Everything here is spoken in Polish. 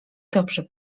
dobrze